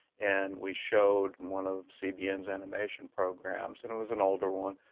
and we showed one of cbn's animation programs. and it was an older one.